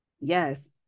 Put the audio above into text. yes